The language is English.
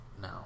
No